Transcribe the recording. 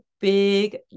big